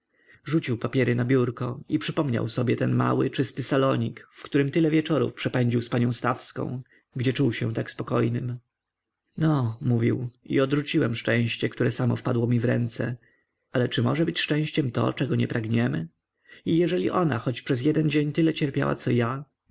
rzucił papiery na biurko i przypominał sobie ten mały czysty salonik w którym tyle wieczorów przepędził z panią stawską gdzie czuł się tak spokojnym no mówił i odrzuciłem szczęście które samo wpadło mi w ręce ale czy może być szczęściem to czego nie pragniemy i jeżeli ona choć przez jeden dzień tyle cierpiała co ja